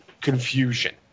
Confusion